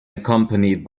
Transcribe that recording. accompanied